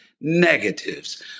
negatives